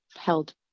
held